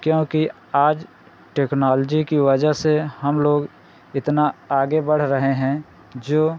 क्योंकि आज टेक्नॉलजी की वजह से हम लोग इतना आगे बढ़ रहे हैं जो